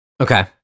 Okay